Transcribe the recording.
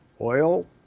oil